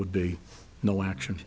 would be no action